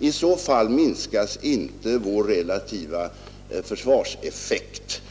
I så fall minskas inte vår relativa försvarseffekt.